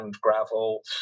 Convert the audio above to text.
gravel